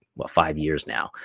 well, five years now.